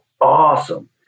awesome